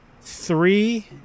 three